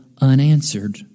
unanswered